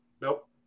Nope